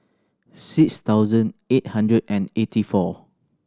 six thousand eight hundred and eighty four